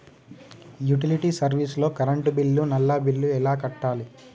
Utility service లో current bill, నల్లా bill ఎలా కట్టాలి?